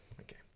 Okay